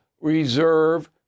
reserve